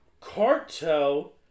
Cartel